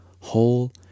whole